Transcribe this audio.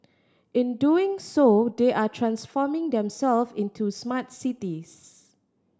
in doing so they are transforming themselves into smart cities